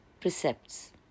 precepts